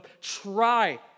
try